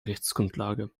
rechtsgrundlage